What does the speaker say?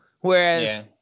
whereas